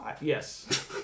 Yes